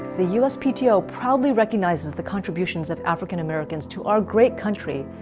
the uspto proudly recognizes the contributions of african americans to our great country,